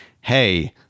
hey